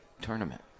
tournament